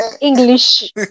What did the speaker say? English